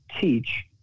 teach